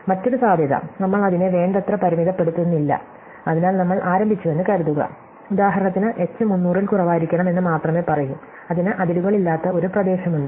മറ്റൊരു സാധ്യത നമ്മൾ അതിനെ വേണ്ടത്ര പരിമിതപ്പെടുത്തുന്നില്ല അതിനാൽ നമ്മൾ ആരംഭിച്ചുവെന്ന് കരുതുക ഉദാഹരണത്തിന് h 300 ൽ കുറവായിരിക്കണം എന്ന് മാത്രമേ പറയൂ അതിന് അതിരുകളില്ലാത്ത ഒരു പ്രദേശമുണ്ട്